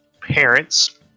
parents